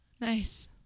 Nice